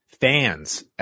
fans